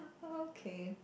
okay